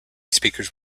speakers